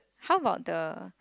how about the